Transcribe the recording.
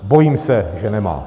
Bojím se, že nemá.